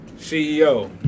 CEO